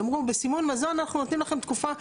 אמרו בסימון מזון אנחנו נותנים לכם תקופה.